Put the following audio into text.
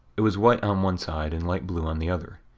it was white on one side and light blue on the other.